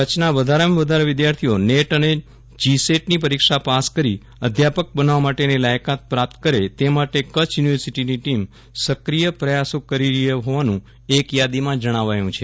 કચ્છના વધારેમાં વધારે વિધ્યાર્થીઓ નેટ અને જીસેટની પરીક્ષા પાસ કરી અધ્યાપક બનવા માટેની લાયકાત પ્રાપ્ત કરે તે માટે કચ્છ યુનિની ટીમ સક્રીય પ્રયાસો કરી રહી હોવાનું એક યાદીમાં જણાવાયું છે